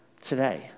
today